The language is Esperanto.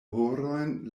horojn